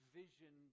vision